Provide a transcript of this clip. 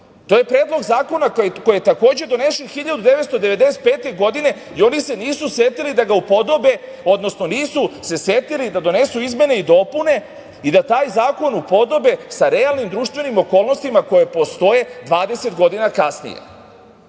To je predlog zakona koji je takođe donesen 1995. godine i oni se nisu setili da ga upodobe, odnosno nisu se setili da donesu izmene i dopune i da taj zakon upodobe sa realnim društvenim okolnostima koje postoje 20 godina kasnije.